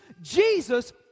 Jesus